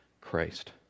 Christ